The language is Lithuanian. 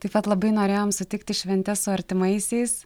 taip pat labai norėjom sutikti šventes su artimaisiais